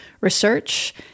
research